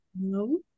No